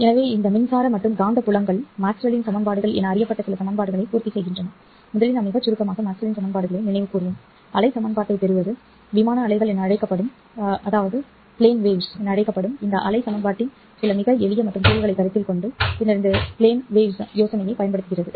எனவே இந்த மின்சார மற்றும் காந்தப்புலங்கள் மேக்ஸ்வெல்லின் சமன்பாடுகள் என அறியப்பட்ட சில சமன்பாடுகளை பூர்த்திசெய்கின்றன முதலில் நாம் மிகச் சுருக்கமாக மேக்ஸ்வெல்லின் சமன்பாடுகளை நினைவு கூர்வோம் அலை சமன்பாட்டைப் பெறுவது விமான அலைகள் என அழைக்கப்படும் இந்த அலை சமன்பாட்டின் சில மிக எளிய மற்றும் தீர்வுகளைக் கருத்தில் கொண்டு பின்னர் இந்த விமான அலை யோசனையைப் பயன்படுத்துகிறது